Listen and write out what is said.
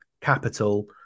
capital